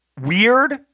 weird